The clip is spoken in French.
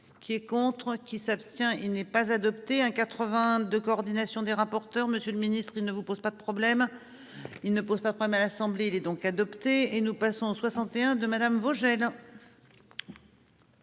Qui est contre qui s'abstient. Il n'est pas adopté hein 81 de coordination des rapporteurs, monsieur le ministre, il ne vous pose pas de problème. Il ne pose pas problème. À l'Assemblée les donc adopté et nous passons 61 de madame Vogel.